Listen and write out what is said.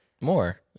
More